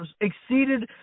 exceeded